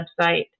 website